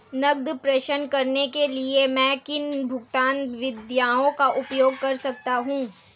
नकद प्रेषण करने के लिए मैं किन भुगतान विधियों का उपयोग कर सकता हूँ?